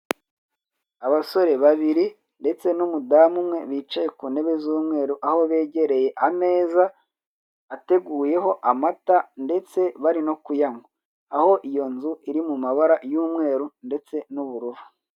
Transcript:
Abasore babiri ndeste n'umudamu umwe, bicaye ku ntebe z'umweru aho begere ameza ateguyeho amata ndetse bari no kuyanywa. Aho iyo nzu iri mu mabara y'umweru ndetse n'ubururu.